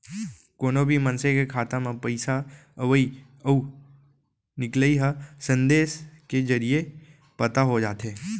कोनो भी मनसे के खाता म पइसा अवइ अउ निकलई ह संदेस के जरिये पता हो जाथे